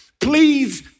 please